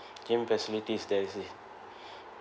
gym facilities there is